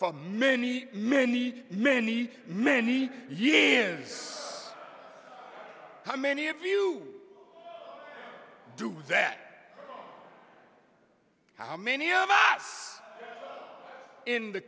for many many many many years how many of you do that how many of us in the